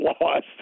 lost